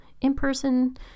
in-person